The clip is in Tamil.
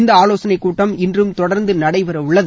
இந்த ஆலோசனை கூட்டம் இன்றும் தொடர்ந்து நடைபெறவுள்ளது